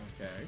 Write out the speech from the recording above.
Okay